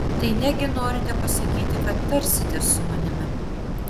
tai negi norite pasakyti kad tarsitės su manimi